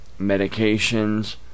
medications